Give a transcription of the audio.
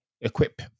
equip